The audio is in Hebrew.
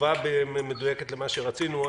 תשובה מדויקת למה שרצינו.